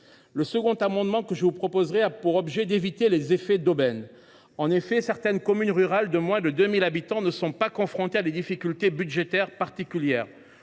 Le second amendement a pour objet d’éviter les effets d’aubaine. En effet, certaines communes rurales de moins de 2 000 habitants ne sont pas confrontées à des difficultés budgétaires particulières,